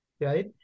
right